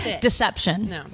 Deception